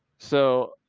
so.